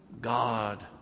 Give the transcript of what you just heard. God